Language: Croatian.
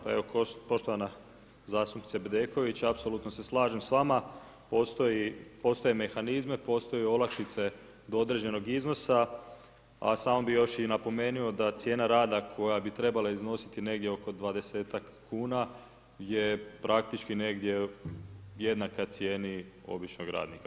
Poštovana zastupnice Bedeković, apsolutno se slažem s vama, postoje mehanizmi, postoje olakšice do određenog iznosa, a samo bi još napomenuo da cijena rada koja bi trebala iznositi negdje oko 20 kn, je praktički negdje jednaka cijeni običnog radnika.